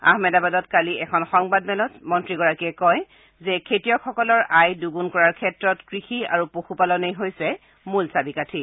আহমেদাবাদত কালি এখন সংবাদমেলত মন্ত্ৰীগৰাকীয়ে কয় যে খেতিয়কসকলৰ আয় দুণ্ডন কৰাৰ ক্ষেত্ৰত কৃষি আৰু পশুপালনে হৈছে মূল চাবিকাঠী